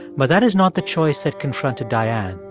but that is not the choice that confronted diane.